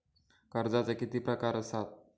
कर्जाचे किती प्रकार असात?